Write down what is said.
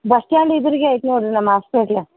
bus stand ಎದ್ರಿಗೆ ಐತಿ ನೋಡಿ ರೀ ನಮ್ಮ ಆಸ್ಪೆಟ್ಲ್